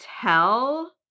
tell